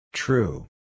True